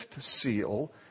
seal